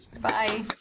Bye